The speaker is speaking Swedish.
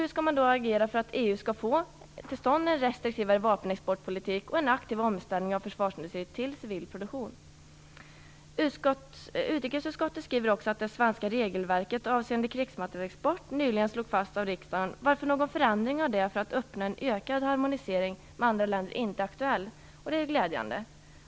Hur skall man agera för att EU skall få till stånd en restriktivare vapenexportpolitik och en aktiv omställning av försvarsindustri till civil produktion? Utrikesutskottet skriver också att det svenska regelverket avseende krigsmaterielexport nyligen slogs fast av riksdagen, varför någon förändring av det för att uppnå en ökad harmonisering med andra länder inte är aktuell. Och det är ju glädjande.